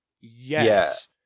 yes